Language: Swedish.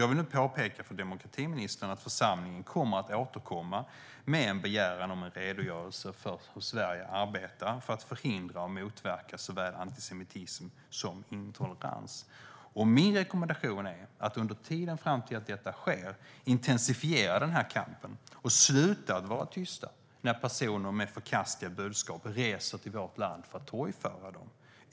Jag vill påpeka för demokratiministern att församlingen kommer att återkomma med en begäran om en redogörelse för hur Sverige arbetar för att förhindra och motverka såväl antisemitism som intolerans. Min rekommendation är att under tiden fram till att detta sker intensifiera denna kamp och sluta att vara tysta när personer med förkastliga budskap reser till vårt land för att torgföra dem.